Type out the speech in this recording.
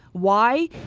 why?